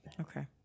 Okay